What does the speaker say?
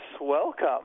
welcome